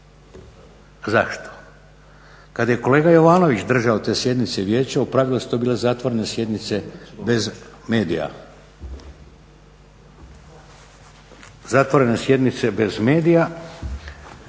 Zašto? Kad je kolega Jovanović držao te sjednice vijeća u pravilu su to bile zatvorene sjednice bez medija, predsjednik vijeća